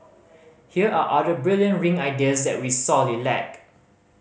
here are other brilliant ring ideas that we sorely lack